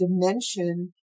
dimension